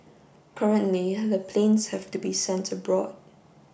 currently the planes have to be sent abroad